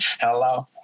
Hello